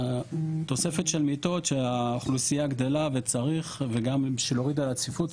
התוספת של מיטות שהאוכלוסייה גדולה וצריך וגם בשביל הוריד את הצפיפות,